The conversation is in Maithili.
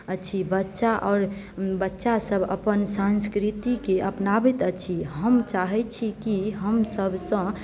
अछि बच्चा आओर बच्चासभ अपन संस्कृतिके अपनाबैत अछि हम चाहैत छी कि हम सभसँ